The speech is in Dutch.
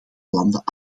landen